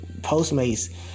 Postmates